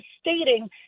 stating